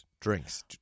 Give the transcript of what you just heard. drinks